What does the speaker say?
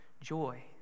joy